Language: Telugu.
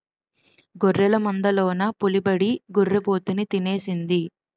గొర్రెల మందలోన పులిబడి గొర్రి పోతుని తినేసింది